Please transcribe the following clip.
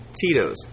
Tito's